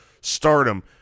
stardom